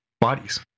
bodies